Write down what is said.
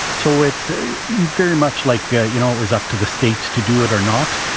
so it's very much like, ah you know, always up to the states to do it or not.